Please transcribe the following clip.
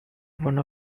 one